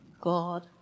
God